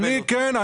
כן.